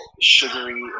sugary